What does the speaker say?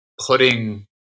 putting